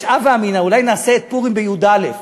יש הווה אמינא: אולי נעשה את פורים בי"א,